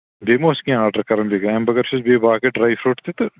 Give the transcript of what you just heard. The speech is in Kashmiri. بیٚیہِ مہ اوس کیٚنٛہہ آرڈر کَرُن اَمہِ بغٲر چھُس بیٚیہِ باقی ڈرٛاے فرٛوٗٹ تہِ تہٕ